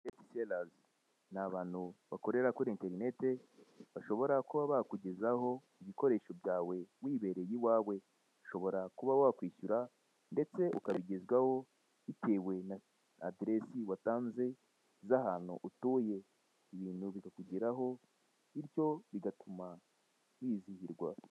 leelars ni abantu bakorera kuri internet bashobora kuba bakugezaho ibikoresho byawe wibereye iwawe ushobora kuba wakwishyura ndetse ukabigezwaho bitewe na adresi watanze z'ahantu utuye ibintu bikakugeraho bityo bigatuma hizihirwa